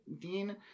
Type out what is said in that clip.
dean